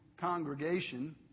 congregation